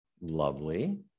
Lovely